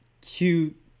cute